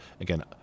again